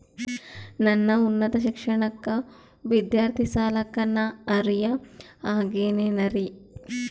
ನನ್ನ ಉನ್ನತ ಶಿಕ್ಷಣಕ್ಕ ವಿದ್ಯಾರ್ಥಿ ಸಾಲಕ್ಕ ನಾ ಅರ್ಹ ಆಗೇನೇನರಿ?